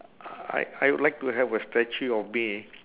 I I I'd like to have a statue of me